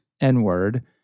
N-word